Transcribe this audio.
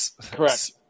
Correct